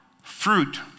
fruit